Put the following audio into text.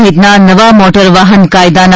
સહિતના નવા મોટર વાફન કાયદાના